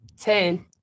Ten